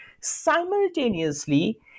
Simultaneously